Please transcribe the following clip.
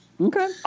Okay